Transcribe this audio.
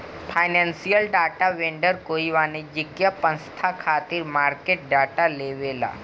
financial data vendor कोई वाणिज्यिक पसंस्था खातिर मार्केट डाटा लेआवेला